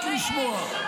זה היה שווה את זה?